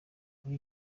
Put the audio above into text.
muri